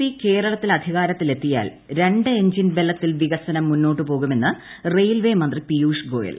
P കേരളത്തിൽ അധികാരത്തിൽ എത്തിയാൽ രണ്ട് എഞ്ചിൻ ബലത്തിൽ വികസനം മുന്നോട്ട് പോകുമെന്ന് റെയിൽവേമന്ത്രി പിയൂഷ് ഗോയൽ